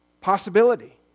possibility